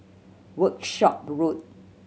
Workshop Road